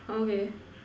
okay